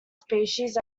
species